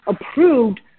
approved